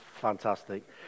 fantastic